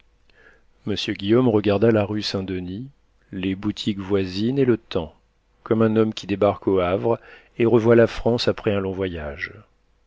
monsieur guillaume regarda la rue saint-denis les boutiques voisines et le temps comme un homme qui débarque au havre et revoit la france après un long voyage